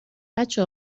بچه